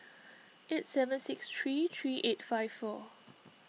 eight seven six three three eight five four